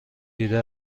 دیده